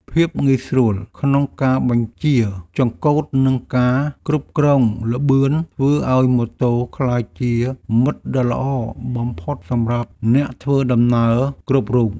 ភាពងាយស្រួលក្នុងការបញ្ជាចង្កូតនិងការគ្រប់គ្រងល្បឿនធ្វើឱ្យម៉ូតូក្លាយជាមិត្តដ៏ល្អបំផុតសម្រាប់អ្នកធ្វើដំណើរគ្រប់រូប។